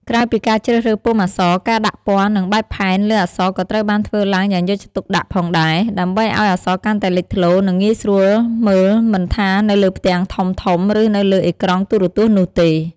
ក្រៅពីការជ្រើសរើសពុម្ពអក្សរ ការដាក់ពណ៌ និងបែបផែនលើអក្សរក៏ត្រូវបានធ្វើឡើងយ៉ាងយកចិត្តទុកដាក់ផងដែរ ដើម្បីឱ្យអក្សរកាន់តែលេចធ្លោ និងងាយស្រួលមើលមិនថានៅលើផ្ទាំងធំៗ ឬនៅលើអេក្រង់ទូរសព្ទនោះទេ ។